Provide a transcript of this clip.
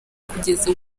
kugeza